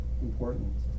important